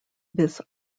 this